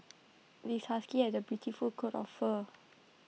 this husky has A beautiful coat of fur